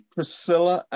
Priscilla